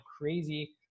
crazy